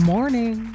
Morning